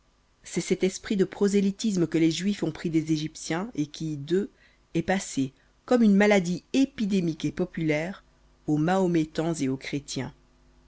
c'est cet esprit de prosélytisme que les juifs ont pris des égyptiens et qui d'eux est passé comme une maladie épidémique et populaire aux mahométans et aux chrétiens